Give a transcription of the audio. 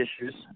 issues